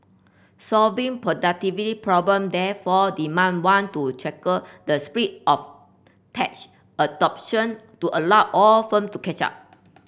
solving productivity problem therefore demand one to tackle the spread of tech adoption to allow all firm to catch up